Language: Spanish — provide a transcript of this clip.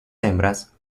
hembras